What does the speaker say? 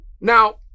Now